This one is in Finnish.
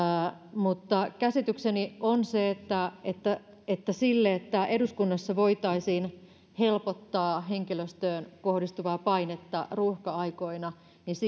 mutta käsitykseni on se että että siihen että eduskunnassa voitaisiin helpottaa henkilöstöön kohdistuvaa painetta ruuhka aikoina